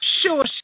sure